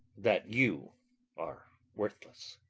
that you are worthless.